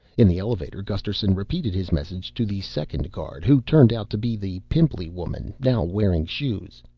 in the elevator gusterson repeated his message to the second guard, who turned out to be the pimply woman, now wearing shoes.